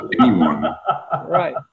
right